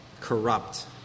corrupt